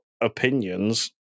opinions